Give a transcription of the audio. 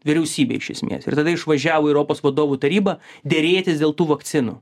vyriausybė iš esmės ir tada išvažiavo į europos vadovų tarybą derėtis dėl tų vakcinų